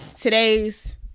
today's